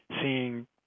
seeing